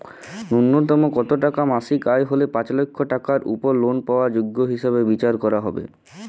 ন্যুনতম কত টাকা মাসিক আয় হলে পাঁচ লক্ষ টাকার উপর লোন পাওয়ার যোগ্য হিসেবে বিচার করা হবে?